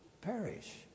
perish